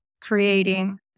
creating